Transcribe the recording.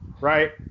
right